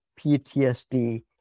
PTSD